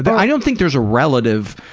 but i don't think there's a relative,